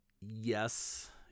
Yes